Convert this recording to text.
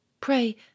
pray